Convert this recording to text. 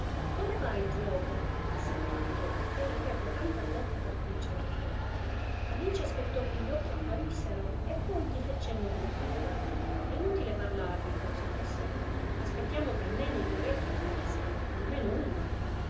come va il giuoco disse il gatto appena ch'ebbe tanta bocca per cominciare a parlare alice aspettò che gli occhi apparissero e poi gli fè cenno col capo è inutile parlargli pensò fra sè aspettiamo che almeno gli orecchi appariscano almeno uno